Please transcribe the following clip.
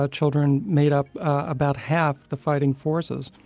ah children made up about half the fighting forces.